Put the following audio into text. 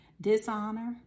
dishonor